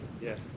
Yes